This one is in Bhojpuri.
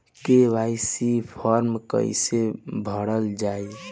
के.वाइ.सी फार्म कइसे भरल जाइ?